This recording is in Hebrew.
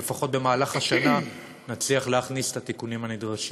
לפחות במהלך השנה נצליח להכניס את התיקונים הנדרשים.